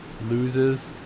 loses